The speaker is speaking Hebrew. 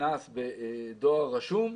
קנס דואר רשום,